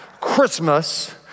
Christmas